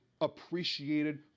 appreciated